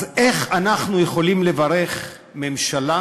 אז איך אנחנו יכולים לברך ממשלה